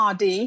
RD